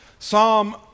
Psalm